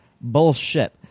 bullshit